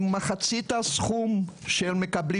אני מבקש לקשור בין מה שקורה